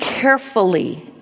carefully